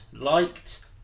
liked